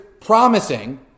promising